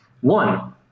One